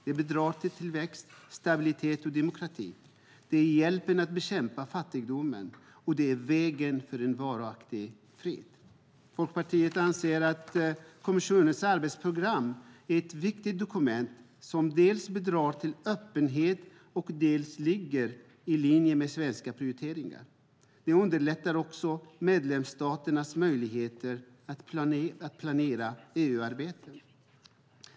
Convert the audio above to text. Det bidrar till tillväxt, stabilitet och demokrati. Det är hjälpen att bekämpa fattigdomen, och det är vägen för en varaktig fred. Folkpartiet anser att kommissionens arbetsprogram är ett viktigt dokument som dels bidrar till öppenhet, dels ligger i linje med svenska prioriteringar. Det underlättar också medlemsstaternas möjligheter att planera EU-arbetet.